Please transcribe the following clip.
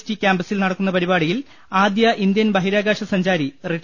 T കാമ്പ സ്സിൽ നടക്കുന്ന പരിപാടിയിൽ ആദ്യ ഇന്ത്യൻ ബഹിരാകാശ സഞ്ചാരി റിട്ട